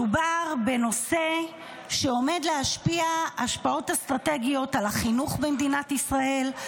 מדובר בנושא שעומד להשפיע השפעות אסטרטגיות על החינוך במדינת ישראל,